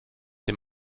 dem